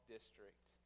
District